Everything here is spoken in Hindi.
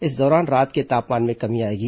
इस दौरान रात के तापमान में कमी आएगी